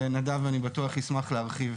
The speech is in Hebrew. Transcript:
ונדב, אני בטוח, ישמח להרחיב.